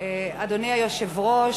אדוני היושב-ראש,